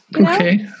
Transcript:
Okay